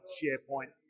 SharePoint